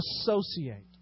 associate